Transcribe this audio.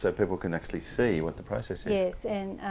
so people can actually see what the process is. yes and,